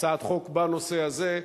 הצעת חוק בנושא הזה,